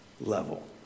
level